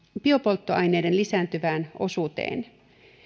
biopolttoaineiden lisääntyvään osuuteen